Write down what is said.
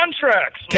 contracts